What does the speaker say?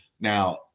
Now